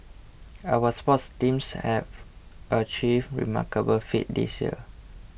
our sports teams have achieved remarkable feats this year